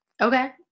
okay